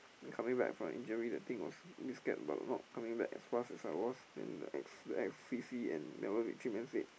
then coming back from an injury the thing was bit scared about not coming back as fast as I was and said